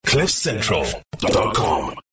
cliffcentral.com